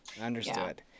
Understood